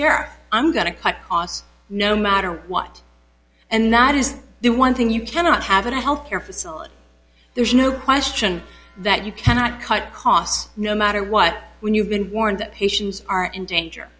e i'm going to cut costs no matter what and that is the one thing you cannot have in a health care facility there's no question that you cannot cut costs no matter what when you've been warned that patients are in danger